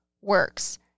works